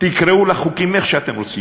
תקראו לחוקים איך שאתם רוצים,